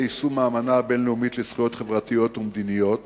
יישום האמנה הבין-לאומית לזכויות חברתיות ומדיניות,